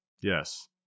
Yes